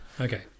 Okay